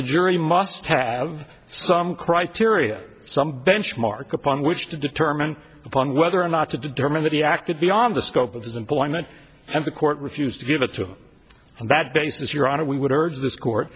the jury must have some criteria some benchmark upon which to determine upon whether or not to determine that he acted beyond the scope of his employment and the court refused to give it to